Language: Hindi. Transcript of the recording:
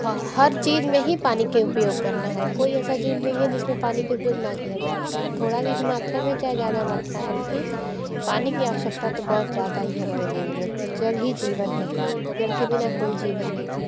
हर चीज़ में ही पानी के उपयोग करना है कोई ऐसा चीज़ नहीं है जिसमें पानी के उपयोग न किया जाए तो थोड़ा की मात्रा में चाहे ज़्यादा मात्रा में लेकिन पानी की आवश्यकता तो बहुत ज़्यादा ही है हमारे जीवन में जल ही जीवन है जल के बिना कोई जीवन नहीं है